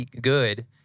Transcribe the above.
good